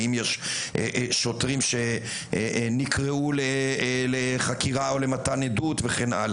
האם יש שוטרים שנקראו לחקירה או למתן עדות וכן הלאה?